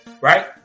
right